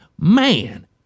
Man